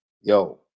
yo